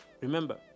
Remember